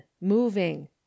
moving